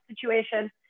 situation